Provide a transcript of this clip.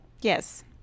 Yes